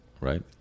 right